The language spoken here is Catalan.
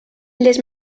les